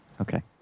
Okay